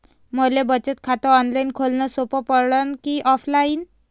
मले बचत खात ऑनलाईन खोलन सोपं पडन की ऑफलाईन?